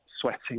sweating